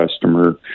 customer